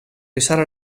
risale